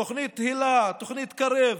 תוכנית היל"ה, תוכנית קרב,